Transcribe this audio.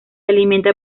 alimenta